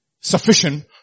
sufficient